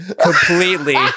completely